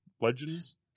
Legends